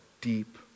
deep